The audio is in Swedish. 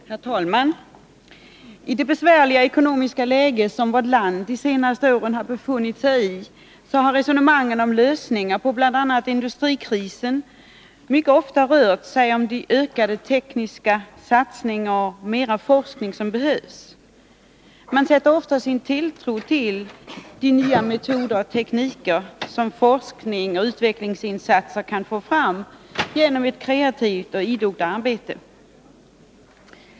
Herr talman! I det besvärliga ekonomiska läge som vårt land de senaste åren har befunnit sig i har resonemangen om lösningar på bl.a. industrikrisen mycket ofta rört sig om den ökade tekniska satsning och ökade forskning som behövs. Man sätter ofta sin tilltro till de nya metoder och den teknik som ett kreativt och idogt forskningsoch utvecklingsarbete kan resultera i.